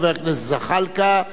חבר הכנסת זחאלקה,